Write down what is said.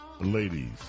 ladies